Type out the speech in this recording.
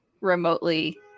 remotely